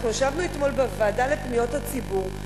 ישבנו אתמול בוועדה לפניות הציבור,